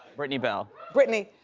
brittany bell. brittany.